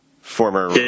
Former